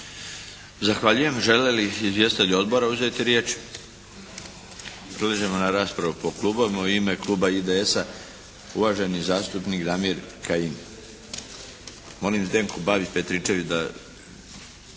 Zahvaljujem. Žele li izvjestitelji Odbora uzeti riječ? Prelazimo na raspravu po klubovima. U ime Kluba IDS-a uvaženi zastupnik Damir Kajin. Molim Zdenku Babić-Petričević da